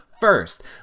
first